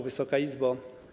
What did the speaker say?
Wysoka Izbo!